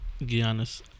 Giannis